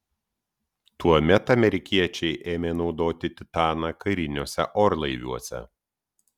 tuomet amerikiečiai ėmė naudoti titaną kariniuose orlaiviuose